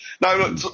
No